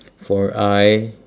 for I